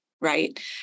right